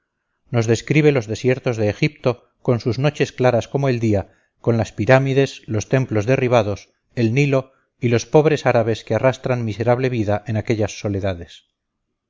nos describe los desiertos de egipto con sus noches claras como el día con las pirámides los templos derribados el nilo y los pobres árabes que arrastran miserable vida en aquellas soledades